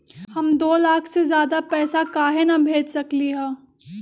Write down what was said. हम दो लाख से ज्यादा पैसा काहे न भेज सकली ह?